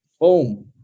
boom